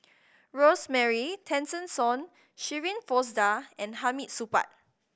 Rosemary Tessensohn Shirin Fozdar and Hamid Supaat